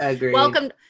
welcome